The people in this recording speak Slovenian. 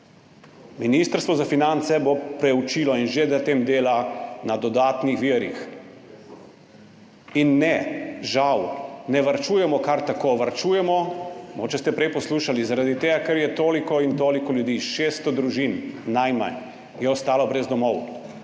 Ministrstvo za finance bo preučilo, in že na tem dela, na dodatnih virih. Ne, žal, ne varčujemo kar tako, varčujemo, mogoče ste prej poslušali, zaradi tega ker je toliko in toliko ljudi, najmanj 600 družin je ostalo brez domov,